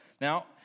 Now